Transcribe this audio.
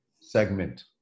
segment